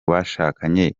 bashakanye